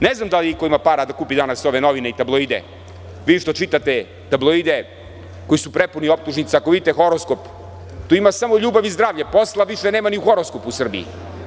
Ne znam da li iko ima para da kupi danas ove novine i tabloide, vi što čitate tabloide koji su prepuni optužnica i ako vidite horoskop tu ima samo ljubav i zdravlje, posla više nema ni u horoskopu u Srbiji.